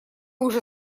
уже